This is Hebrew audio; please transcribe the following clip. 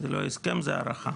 זהו לא הסכם; זוהי הערכה.